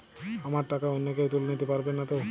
আমার টাকা অন্য কেউ তুলে নিতে পারবে নাতো?